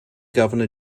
governor